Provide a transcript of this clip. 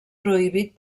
prohibit